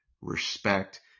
respect